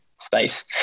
space